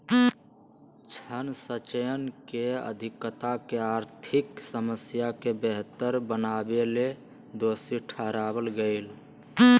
ऋण संचयन के अधिकता के आर्थिक समस्या के बेहतर बनावेले दोषी ठहराल गेलय